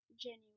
genuine